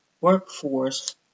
workforce